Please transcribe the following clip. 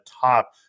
top